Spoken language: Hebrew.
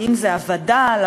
אם הווד"ל,